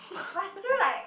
what still like